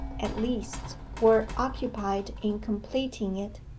at least, were occupied in completing it.